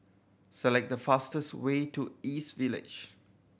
select the fastest way to East Village